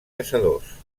caçadors